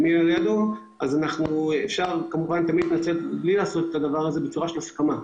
אז אפשר יהיה לעשות את הדבר הזה בצורה של הסכמה.